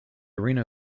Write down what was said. arena